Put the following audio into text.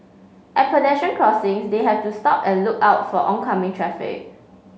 at pedestrian crossings they have to stop and look out for oncoming traffic